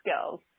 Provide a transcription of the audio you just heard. skills